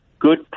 Good